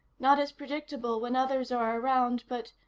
not as predictable when others are around but.